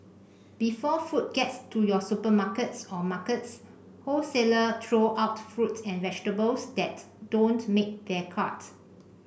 before food gets to your supermarkets or markets wholesaler throw out fruit and vegetables that don't make their cut